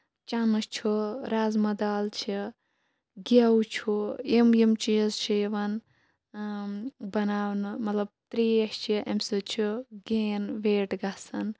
چَنہٕ چھُ رازما دال چھِ گیو چھُ یِم یِم چیٖز چھِ یِوان بَناونہٕ مطلب تریش چھِ اَمہِ سۭتۍ چھُ گین ویٹ گژھان